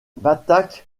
batak